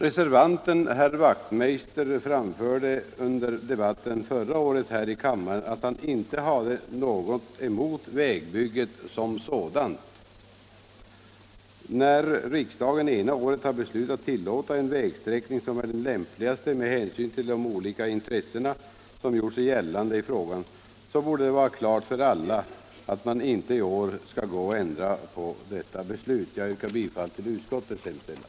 Reservanten, herr Wachtmeister i Johannishus, framförde under debatten förra året här i kammaren att han inte hade något emot vägbygget som sådant. När riksdagen ena året har beslutat tillåta en vägsträckning som är den lämpligaste med hänsyn till de olika intressen som gjort sig gällande i frågan, så borde det vara klart för alla att man inte året efter skall gå och ändra på det beslutet. Fru talman! Jag yrkar bifall till utskottets hemställan.